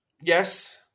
Yes